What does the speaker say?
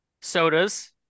sodas